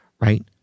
right